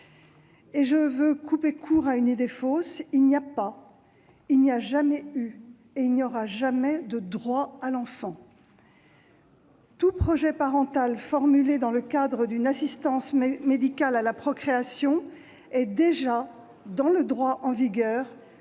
Je veux couper court à une idée fausse : il n'y a pas, il n'y a jamais eu et il n'y aura jamais de droit à l'enfant. Tout projet parental formulé dans le cadre d'une assistance médicale à la procréation est déjà, dans le droit en vigueur,